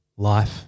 Life